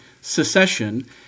secession